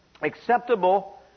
acceptable